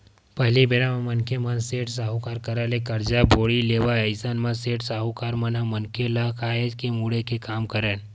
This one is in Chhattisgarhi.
पहिली बेरा म मनखे मन सेठ, साहूकार करा ले करजा बोड़ी लेवय अइसन म सेठ, साहूकार मन ह मनखे मन ल काहेच के मुड़े के काम करय